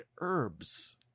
herbs